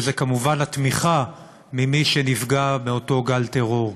וזה כמובן התמיכה במי שנפגע באותו גל טרור,